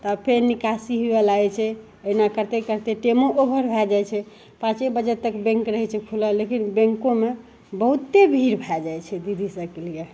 तब फेर निकासी हुए लागै छै एहिना करिते करिते टाइमो ओभर भै जाइ छै पाँचे बजे तक बैँक रहै छै खुलल लेकिन बैँकोमे बहुते भीड़ भै जाइ छै दीदी सभके लिए